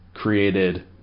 Created